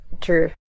true